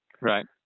Right